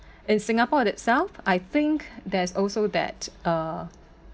in singapore itself I think there's also that uh